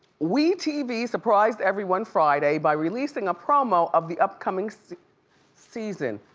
we tv surprised everyone friday by releasing a promo of the upcoming so season.